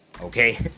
Okay